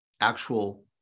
actual